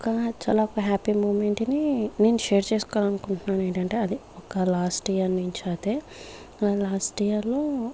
ఒక చాలా హ్యాపీ మూమెంట్ని నేను షేర్ చేసుకోవాలనుకుంటున్నాను ఏంటంటే అది ఒక లాస్ట్ ఇయర్ నుంచి అయితే లాస్ట్ ఇయర్లో